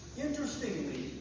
Interestingly